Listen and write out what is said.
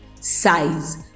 size